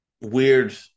weird